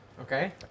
okay